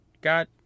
got